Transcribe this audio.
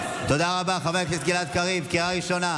תודה, שיקול דעת של היושב-ראש מי דיבר.